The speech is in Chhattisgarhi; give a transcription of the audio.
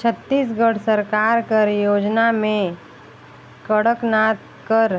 छत्तीसगढ़ सरकार कर योजना में कड़कनाथ कर